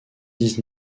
dix